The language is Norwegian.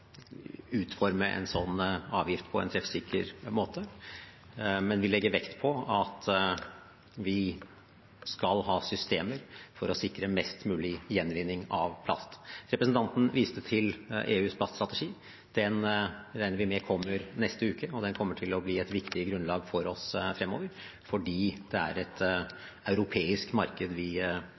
utforme en slik avgift på en treffsikker måte, men vi legger vekt på at vi skal ha systemer for å sikre mest mulig gjenvinning av plast. Representanten viste til EUs plaststrategi. Den regner vi med kommer i neste uke, og den kommer til å bli et viktig grunnlag for oss fremover fordi det er et europeisk marked vi opererer i. Samtidig ser